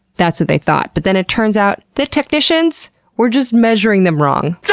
that's what they thought. but then it turns out that technicians were just measuring them wrong.